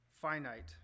finite